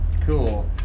Cool